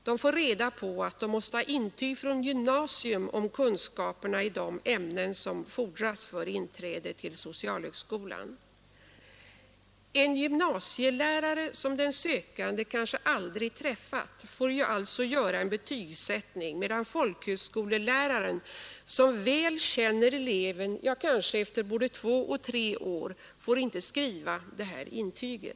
De får reda på att de måste ha intyg från gymnasium om kunskaperna i de ämnen som fordras för inträde. En gymnasielärare, som den sökande kanske aldrig träffat, får alltså göra en betygsättning, medan folkhögskoleläraren, som känner eleven väl efter kanske både två och tre år, inte får skriva detta intyg.